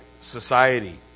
society